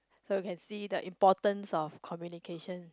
so can see the importance of communication